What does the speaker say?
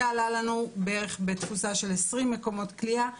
זה עלה לנו בתפוסה של 20 מקומות כליאה בערך.